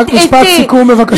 משפט סיכום בבקשה.